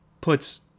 puts